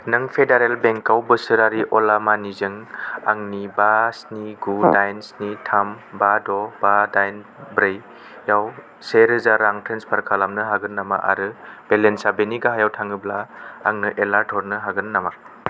नों फेडारेल बेंकआव बोसोरारि अला मानिजों आंनि बा स्नि गु दाइन स्नि थाम बा द' बा दाइन ब्रै आव से रोजा रां ट्रेन्सफार खालामनो हागोन नामा आरो बेलेन्सा बेनि गाहायाव थाङोब्ला आंनो एलार्ट हरनो हागोन नामा